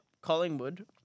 Collingwood